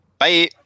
Bye